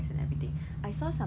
err actually